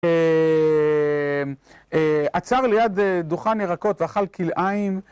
עצר ליד דוכן ירקות ואכל כלאיים.